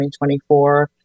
2024